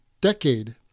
decade